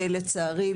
לצערי,